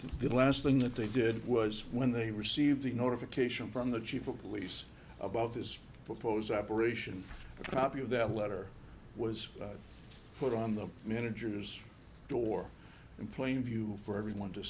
the last thing that they did was when they received a notification from the chief of police about his proposal apparation copy of that letter was put on the manager's door in plain view for everyone to